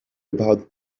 about